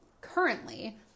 currently